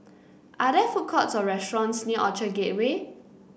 are there food courts or restaurants near Orchard Gateway